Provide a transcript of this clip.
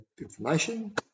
information